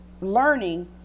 learning